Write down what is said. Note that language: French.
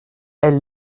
elle